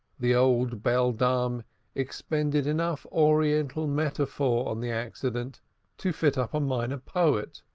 the old beldame expended enough oriental metaphor on the accident to fit up a minor poet.